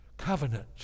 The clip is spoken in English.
covenant